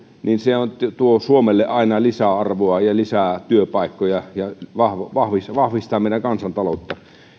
niin se tuo suomelle aina lisäarvoa ja lisää työpaikkoja ja vahvistaa meidän kansantaloutta